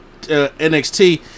NXT